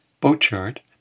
boatyard